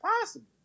possible